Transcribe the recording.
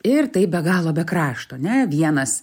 ir taip be galo be krašto ane vienas